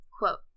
quote